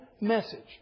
message